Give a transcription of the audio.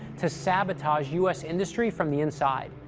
to sabotage u s. industry from the inside.